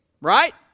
Right